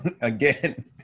Again